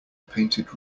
painted